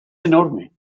enorme